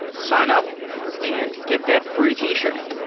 sign up and get that free t-shirt